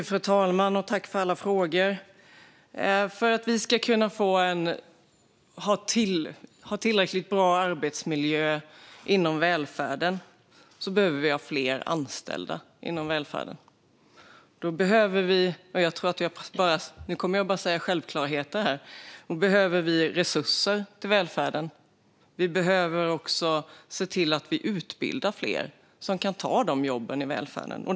Fru talman! Jag tackar för alla frågor. För att vi ska få en tillräckligt bra arbetsmiljö inom välfärden behöver vi fler anställda inom välfärden. Jag kommer nu att säga en mängd självklarheter: Vi behöver resurser till välfärden, och vi behöver utbilda fler som kan ta jobben i välfärden.